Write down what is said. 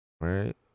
Right